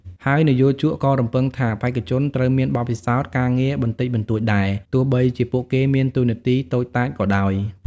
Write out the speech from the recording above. ហើយនិយោជកក៏រំពឹងថាបេក្ខជនត្រូវមានបទពិសោធន៍ការងារបន្តិចបន្តួចដែរ ទោះបីជាពួកគេមានតួនាទីតូចតាចក៏ដោយ។